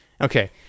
okay